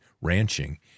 ranching